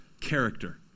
character